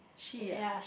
she ah